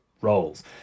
roles